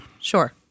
Sure